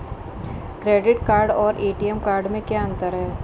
Credit card और ATM card में क्या अंतर है?